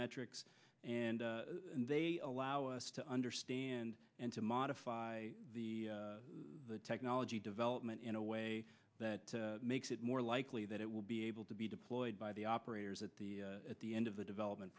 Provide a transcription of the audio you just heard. metrics and they allow us to understand and to modify the technology development in a way that makes it more likely that it will be able to be deployed by the operators at the at the end of the develop